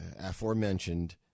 aforementioned